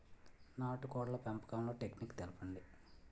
నాటుకోడ్ల పెంపకంలో టెక్నిక్స్ తెలుపండి?